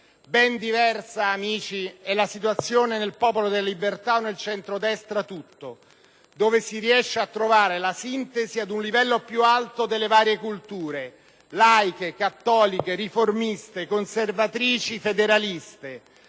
Ben diversa, amici, è la situazione del PdL o del centrodestra dove si riesce a trovare la sintesi ad un livello più alto delle varie culture: laiche, cattoliche, riformiste, conservatrici, federaliste